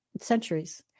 centuries